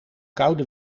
koude